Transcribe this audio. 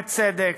בצדק,